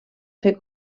fer